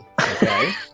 Okay